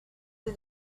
the